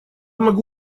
могу